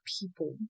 people